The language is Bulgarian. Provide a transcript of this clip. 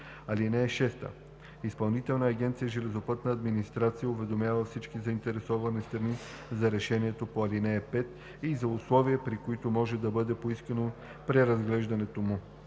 (6) Изпълнителна агенция „Железопътна администрация“ уведомява всички заинтересовани страни за решението по ал. 5 и за условия, при които може да бъде поискано преразглеждането му.